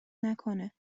نکنه